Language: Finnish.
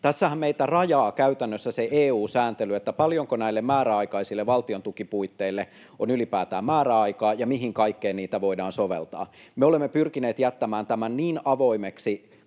Tässähän meitä rajaa käytännössä se EU-sääntely, paljonko näille määräaikaisille valtiontukipuitteille on ylipäätään määräaikaa ja mihin kaikkeen niitä voidaan soveltaa. Me olemme pyrkineet jättämään tämän niin avoimeksi